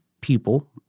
people